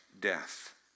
death